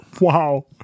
Wow